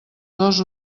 dos